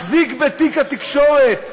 מחזיק בתיק התקשורת,